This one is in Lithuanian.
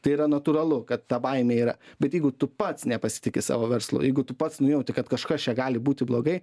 tai yra natūralu kad ta baimė yra bet jeigu tu pats nepasitiki savo verslu jeigu tu pats nujauti kad kažkas čia gali būti blogai